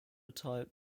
type